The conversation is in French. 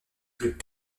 plus